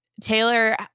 Taylor